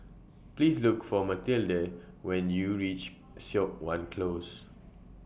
Please Look For Mathilde when YOU REACH Siok Wan Close